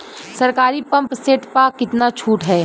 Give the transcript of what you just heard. सरकारी pump set प कितना छूट हैं?